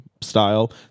style